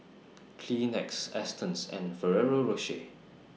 Kleenex Astons and Ferrero Rocher